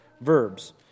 verbs